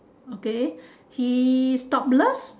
okay he topless